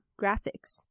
graphics